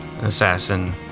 assassin